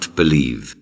believe